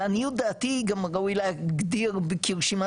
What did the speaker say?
לעניות דעתי גם ראוי להגדיר כרשימה